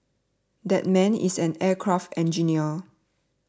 that man is an aircraft engineer